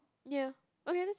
ya okay that's